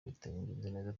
bitagenze